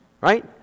right